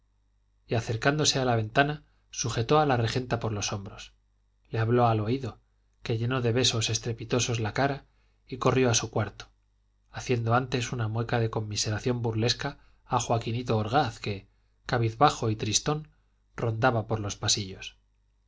y acercándose a la ventana sujetó a la regenta por los hombros le habló al oído le llenó de besos estrepitosos la cara y corrió a su cuarto haciendo antes una mueca de conmiseración burlesca a joaquinito orgaz que cabizbajo y tristón rondaba por los pasillos